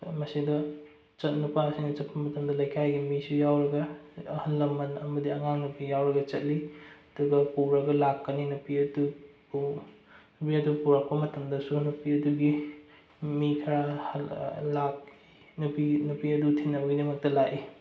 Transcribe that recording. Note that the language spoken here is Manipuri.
ꯑꯩꯈꯣꯏ ꯃꯁꯤꯗ ꯅꯨꯄꯥꯁꯤꯅ ꯆꯠꯄ ꯃꯇꯝꯗ ꯂꯩꯀꯥꯏꯒꯤ ꯃꯤꯁꯨ ꯌꯥꯎꯔꯒ ꯍꯥꯏꯗꯤ ꯑꯍꯜ ꯂꯃꯟ ꯑꯃꯗꯤ ꯑꯉꯥꯡ ꯅꯨꯄꯤ ꯌꯥꯎꯔꯒ ꯆꯠꯂꯤ ꯑꯗꯨꯒ ꯄꯨꯔꯒ ꯂꯥꯛꯀꯅꯤ ꯅꯨꯄꯤ ꯑꯗꯨꯕꯨ ꯅꯨꯄꯤ ꯑꯗꯨ ꯄꯨꯔꯛꯄ ꯃꯇꯝꯗꯁꯨ ꯅꯨꯄꯤ ꯑꯗꯨꯒꯤ ꯃꯤ ꯈꯔ ꯂꯥꯛꯏ ꯅꯨꯄꯤ ꯅꯨꯄꯤ ꯑꯗꯨ ꯊꯤꯟꯅꯕꯒꯤꯗꯃꯛꯇ ꯂꯥꯛꯏ